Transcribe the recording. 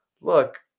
look